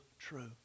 True